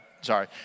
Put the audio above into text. sorry